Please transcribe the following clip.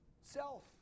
self